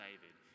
David